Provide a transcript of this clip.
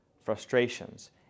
frustrations